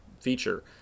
feature